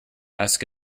ask